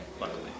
luckily